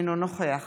אינו נוכח